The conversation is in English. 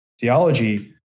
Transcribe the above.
theology